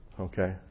okay